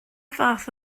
fath